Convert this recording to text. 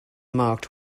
marked